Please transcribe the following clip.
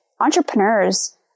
entrepreneurs